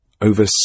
Over